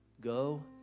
Go